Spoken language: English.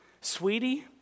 Sweetie